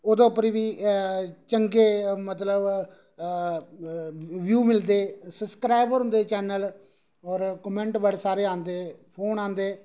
ओह्दे उप्पर बी चंगे मतलब ब्यू मिलदे सब्सक्राइबर होंदे चैनल और कामेंट बडे़ सारे औंदे ते फोन औंदे